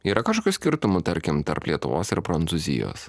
yra kažkokių skirtumų tarkim tarp lietuvos ir prancūzijos